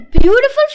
beautiful